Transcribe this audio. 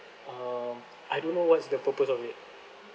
um I don't know what's the purpose of it